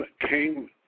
came